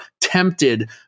tempted